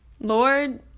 Lord